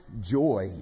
joy